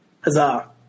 huzzah